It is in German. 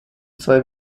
zwei